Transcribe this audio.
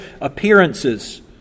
appearances